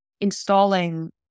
installing